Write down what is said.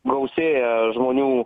gausėja žmonių